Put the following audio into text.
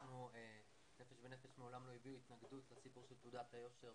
אנחנו מעולם לא הבענו התנגדות לסיפור של תעודת היושר.